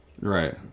Right